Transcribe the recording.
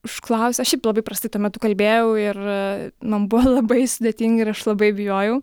užklausė šiaip labai prastai tuo metu kalbėjau ir man buvo labai sudėtinga ir aš labai bijojau